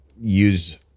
use